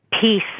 peace